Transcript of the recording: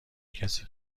کسی